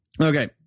Okay